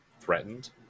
threatened